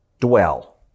dwell